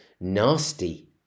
nasty